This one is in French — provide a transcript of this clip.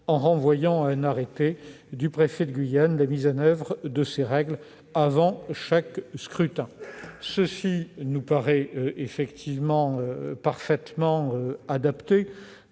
en renvoyant à un arrêté du préfet de Guyane la mise en oeuvre de ces règles avant chaque scrutin. Cela nous paraît parfaitement adapté.